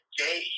day